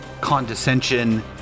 condescension